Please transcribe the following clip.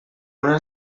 una